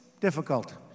Difficult